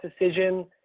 decision